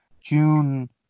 June